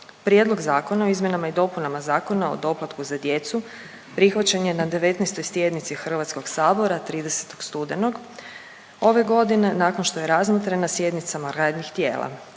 Prijedlog Zakona o izmjenama i dopunama Zakona o doplatku za djecu prihvaćen je na 19. sjednici Hrvatskog sabora 30. studenog ove godine nakon što je razmotren na sjednicama radnih tijela.